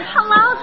Hello